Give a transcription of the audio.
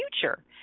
future